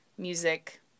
Music